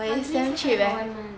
monthly 是戴 for one month